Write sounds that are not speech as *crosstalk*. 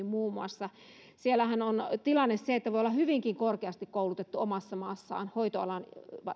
*unintelligible* muun muassa näihin filippiiniläishoitajiin siellähän on tilanne se että voi olla hyvinkin korkeasti koulutettu omassa maassaan